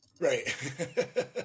Right